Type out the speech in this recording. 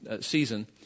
season